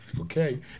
Okay